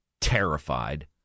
terrified